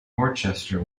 worcester